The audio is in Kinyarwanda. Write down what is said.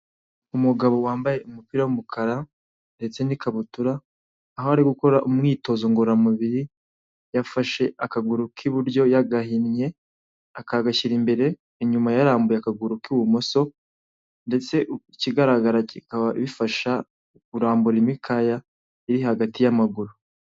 Umugabo wambaye umupira w'umukara ndetse n'ikabutura aho ari gukora umwitozo ngororamubiri yafashe akaguru k'iburyo yagahinnye akagashyira imbere, inyuma yarambuye akaguru k'ibumoso ndetse ikigaragara kikaba bifasha kurambura imikaya iri hagati y'amaguru.